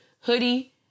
hoodie